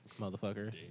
motherfucker